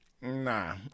nah